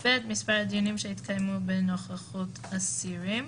(ב) מספר הדיונים שהתקיימו בנוכחות אסירים.